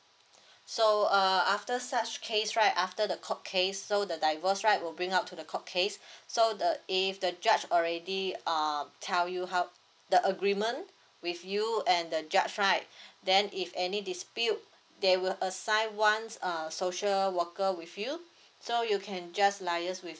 so err after such case right after the court case so the divorce right will bring up to the court case so the if the judge already um tell you help the agreement with you and they judged right then if any dispute they will assign one err social worker with you so you can just liaise with